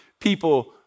people